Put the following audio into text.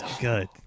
good